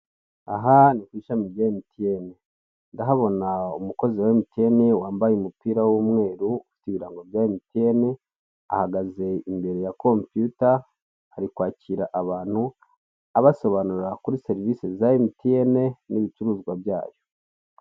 Aha ni ku ishami rya MTN ndahabona umukozi wa MTN wambaye umupira w'umweru ufite ibirango bya MTN ahagaze imbere ya komtiyuta ari kwakira abantu abasobanurira kuri serivise za MTN n'ibicuruzwa byayo.